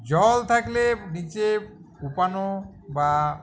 জল থাকলে নিচে কোপানো বা